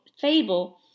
fable